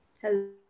Hello